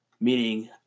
meaning